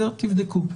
תבדקו.